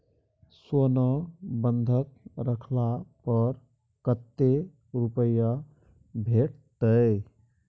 सोना बंधक रखला पर कत्ते रुपिया भेटतै?